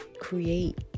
create